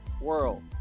world